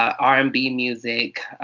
r and b music,